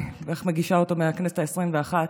אני בערך מגישה אותו מהכנסת העשרים-ואחת,